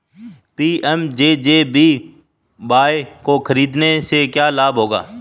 PMJJBY को खरीदने से क्या लाभ होगा?